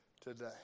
today